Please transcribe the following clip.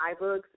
iBooks